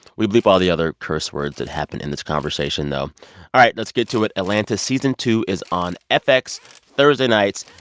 we bleep all the other curse words that happened in this conversation, though. all right, let's get to it. atlanta season two is on fx thursday nights.